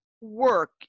Work